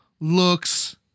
looks